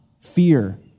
Fear